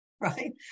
right